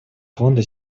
фонда